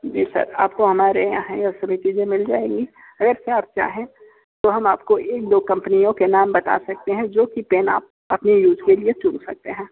जी sir आपको हमारे यहाँ ये सभी चीज़ें मिल जाएगी अगरचे आप चाहें तो हम आपको एक दो कंपनियों के नाम बता सकते हैं जो की पेन आप अपने यूज़ के लिए चुन सकते हैं